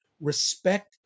respect